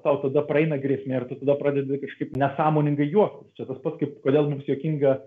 tau tada praeina grėsmė ir tu tada pradedi kažkaip nesąmoningai juoktis čia tas pat kaip kodėl mums juokinga